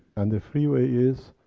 and the free way is,